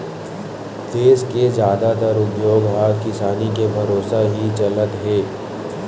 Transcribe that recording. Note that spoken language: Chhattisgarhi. देस के जादातर उद्योग ह किसानी के भरोसा ही चलत हे